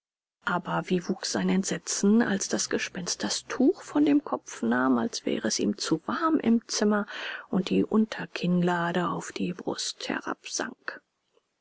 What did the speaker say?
aber wie wuchs sein entsetzen als das gespenst das tuch von dem kopf nahm als wäre es ihm zu warm im zimmer und die unterkinnlade auf die brust